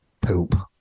poop